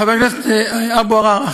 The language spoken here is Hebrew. לחבר הכנסת אבו עראר,